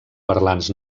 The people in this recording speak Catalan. parlants